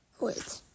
Wait